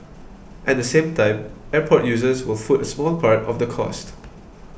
at the same time airport users will foot a small part of the cost